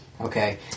Okay